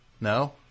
No